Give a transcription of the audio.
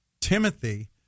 timothy